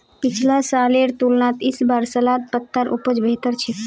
पिछला सालेर तुलनात इस बार सलाद पत्तार उपज बेहतर छेक